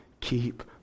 keep